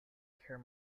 care